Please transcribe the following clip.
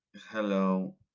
hello